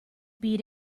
beat